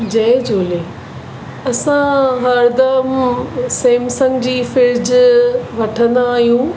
जय झूले असां हरदमु सैमसंग जी फ्रिज वठंदा आहियूं